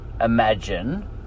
imagine